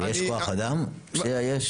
יש כוח אדם שיאייש?